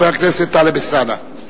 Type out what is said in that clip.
חבר הכנסת טלב אלסאנע.